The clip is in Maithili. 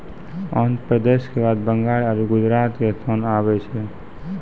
आन्ध्र प्रदेश के बाद बंगाल आरु गुजरात के स्थान आबै छै